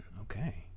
Okay